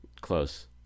close